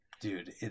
Dude